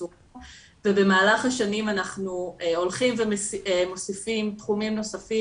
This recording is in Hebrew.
ובמהלך השנים אנחנו הולכים ומוסיפים תחומים נוספים,